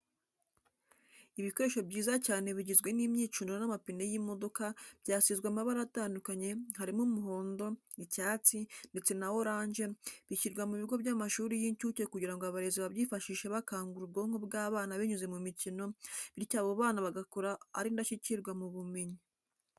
Ibikoresho byiza cyane bigizwe n'imyicundo n'amapine y'imidoka byasizwe amabara atandukanye harimo umuhondo, icyatsi ndetse na oranje, bishyirwa mu bigo by'amashuri y'incuke kugira ngo abarezi babyifashishe bakangura ubwonko bw'abana binyuze mu mikino, bityo abo bana bagakura ari indashyikirwa mu bumenyi.